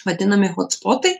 vadinami hotspotai